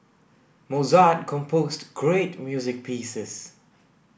Mozart composed great music pieces